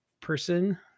person